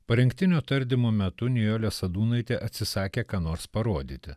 parengtinio tardymo metu nijolė sadūnaitė atsisakė ką nors parodyti